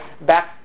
back